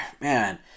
man